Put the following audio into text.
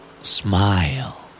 Smile